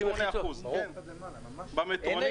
מחיצות עד למעלה, ממש --- כולם בלי מחיצות?